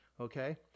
okay